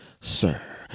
sir